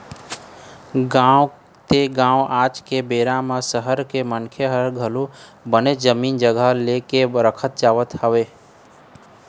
गाँव ते गाँव आज के बेरा म सहर के मनखे मन ह घलोक बनेच जमीन जघा ले के रखत जावत हवय